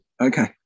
Okay